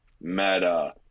Meta